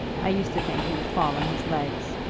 i used to think he would fall on his legs.